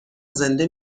زنده